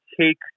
take